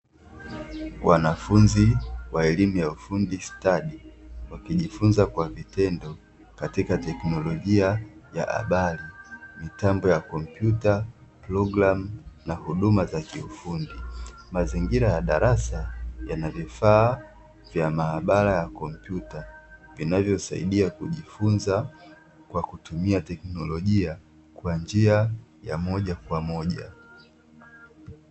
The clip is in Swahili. Wanafunzi wa elimu ya ufundi stadi wakijifunza kwa vitendo katika teknolojia ya habari, mitambo ya kompyuta programu, na huduma za kiufundi, mazingira ya darasa yana vifaa vya maabara ya kompyuta vinavyosaidia kujifunza kwa kutumia teknolojia kwa njia ya moja kwa moja.